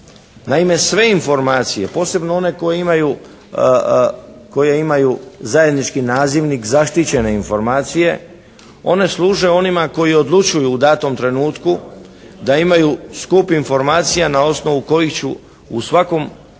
Naime sve informacije, posebno one koje imaju zajednički nazivnih zaštićene informacije one služe onima koji odlučuju u datom trenutku da imaju skup informacija na osnovu kojih ću u svakom vremenu